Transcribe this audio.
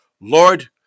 Lord